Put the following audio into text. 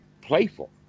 playful